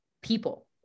people